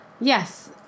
Yes